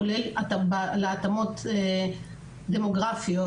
כולל להתאמות דמוגרפיות,